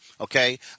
Okay